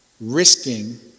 risking